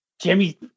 Jimmy